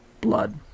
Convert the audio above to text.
blood